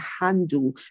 handle